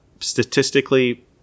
statistically